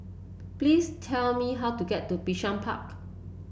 please tell me how to get to Bishan Park